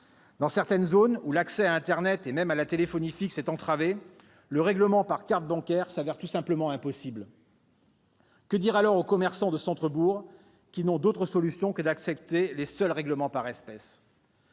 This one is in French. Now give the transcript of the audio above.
Dans certaines zones où l'accès à internet et même à la téléphonie fixe est entravé, le règlement par carte bancaire se révèle tout simplement impossible. Que dire alors aux commerçants de centres-bourgs, qui n'ont d'autre solution que d'accepter les seuls règlements en espèces ?